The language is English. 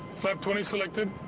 flap twenty selected.